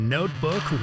Notebook